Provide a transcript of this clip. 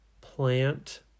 Plant